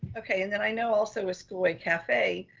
okay. and then i know also a school way cafe,